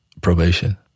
probation